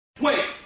Wait